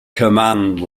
command